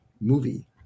movie